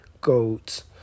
goats